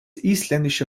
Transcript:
isländische